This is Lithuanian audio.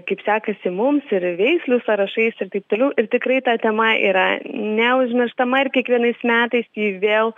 kaip sekasi mums ir veislių sąrašais ir taip toliau ir tikrai ta tema yra neužmirštama ir kiekvienais metais ji vėl